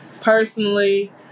Personally